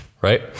right